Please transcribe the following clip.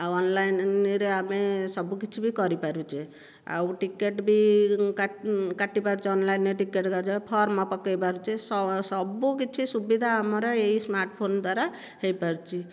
ଆଉ ଅନଲାଇନ୍ରେ ଆମେ ସବୁ କିଛି ବି କରିପାରୁଛେ ଆଉ ଟିକେଟ ବି କାଟି କାଟିପାରୁଛେ ଅନଲାଇନ୍ରେ ଟିକେଟ କାଟୁଛେ ଫର୍ମ ପକାଇ ପାରୁଛେ ସବୁକିଛି ସୁବିଧା ଆମର ଏହି ସ୍ମାର୍ଟ ଫୋନ ଦ୍ୱାରା ହୋଇପାରୁଛି